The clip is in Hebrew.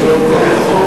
נתקבלו.